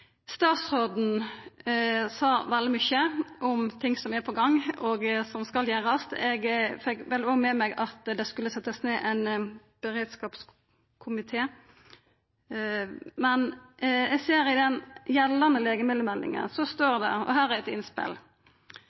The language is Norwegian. Statsråden sa veldig mykje om det som er på gang og som skal gjerast. Eg fekk vel òg med meg at det skulle setjast ned ein beredskapskomité. Men eg ser at i den gjeldande legemiddelmeldinga står det – og her er eit innspel: